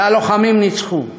והלוחמים ניצחו.